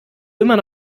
immer